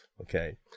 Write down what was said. Okay